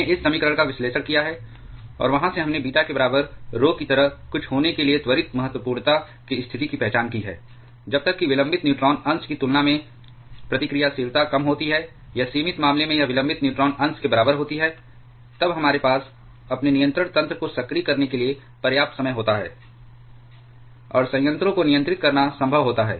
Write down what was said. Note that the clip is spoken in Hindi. हमने इस समीकरण का विश्लेषण किया है और वहां से हमने बीटा के बराबर RHO की तरह कुछ होने के लिए त्वरित महत्वपूर्णता की स्थिति की पहचान की है जब तक कि विलंबित न्यूट्रॉन अंश की तुलना में प्रतिक्रियाशीलता कम होती है या सीमित मामले में यह विलंबित न्यूट्रॉन अंश के बराबर होती है तब हमारे पास अपने नियंत्रण तंत्र को सक्रिय करने के लिए पर्याप्त समय होता है और संयंत्रों को नियंत्रित करना संभव होता है